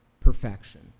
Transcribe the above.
perfection